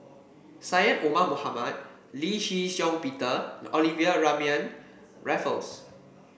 Syed Omar Mohamed Lee Shih Shiong Peter Olivia Mariamne Raffles